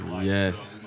yes